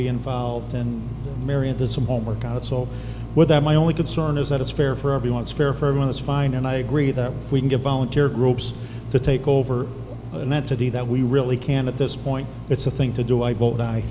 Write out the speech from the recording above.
be involved and marry into some home work out so well that my only concern is that it's fair for everyone it's fair for everyone is fine and i agree that if we can get volunteer groups to take over and then to do that we really can't at this point it's a thing to do i i vote